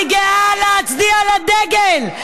אני גאה להצדיע לדגל.